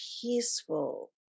peaceful